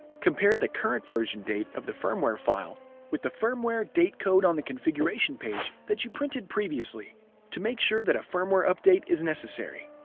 compare the current version date of the firmware file with the firmware datecode on the configuration page that you printed previously to make sure that a firmware update is necessary.